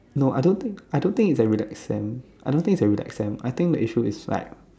no I don't think I don't think its a relax sem I don't think its a relax sem I think the issue is like